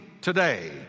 today